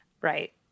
Right